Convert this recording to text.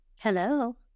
Hello